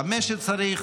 במה שצריך,